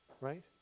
right